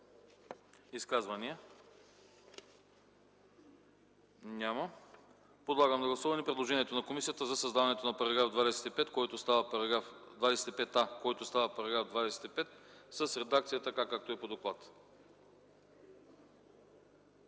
Изказвания? Няма. Подлагам на гласуване предложението на комисията за създаването на § 25а, който става § 25 с редакция, така както е по доклада.